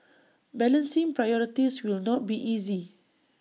balancing priorities will not be easy